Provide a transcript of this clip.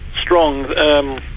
strong